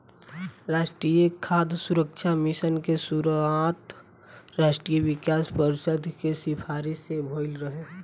राष्ट्रीय खाद्य सुरक्षा मिशन के शुरुआत राष्ट्रीय विकास परिषद के सिफारिस से भइल रहे